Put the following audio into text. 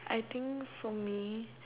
I think for me